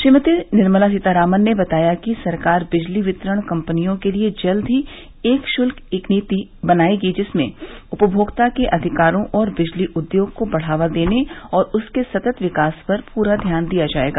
श्रीमती निर्मला सीतारामन ने बताया कि सरकार बिजली वितरण कम्पनियों के लिए जल्द ही एक शुल्क नीति बनाएगी जिसमें उपभोक्ताओं के अधिकारों और बिजली उद्योग को बढ़ावा देने और उसके सतत विकास पर पूरा ध्यान दिया जाएगा